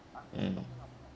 mm